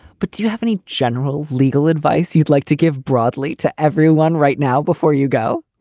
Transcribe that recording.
but do you have any general legal advice you'd like to give broadly to everyone right now before you go?